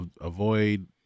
avoid